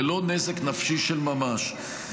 ולא נזק נפשי של ממש.